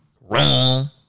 Wrong